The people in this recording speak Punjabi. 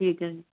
ਠੀਕ ਹੈ ਜੀ